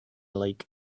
lake